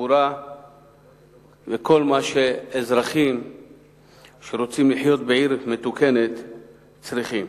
תחבורה וכל מה שאזרחים שרוצים לחיות בעיר מתוקנת צריכים.